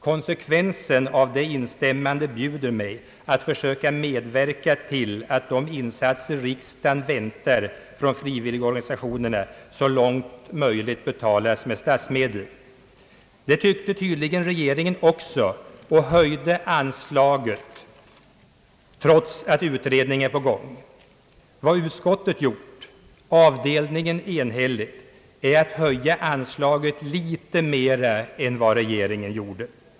Konsekvensen av det instämmandet bjuder mig att försöka medverka till att de insatser riksdagen väntar från frivilligorganisationerna så långt möjligt betalas med statsmedel. Det tyckte tydligen regeringen också och höjde anslaget trots att utredning pågår. Vad avdelningen enhälligt har gjort är att föreslå en något större höjning av anslagen än regeringen har gjort.